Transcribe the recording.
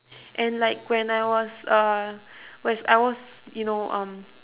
and like when I was uh when I was you know um